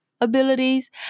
abilities